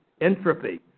Entropy